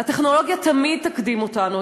הטכנולוגיה תמיד תקדים אותנו,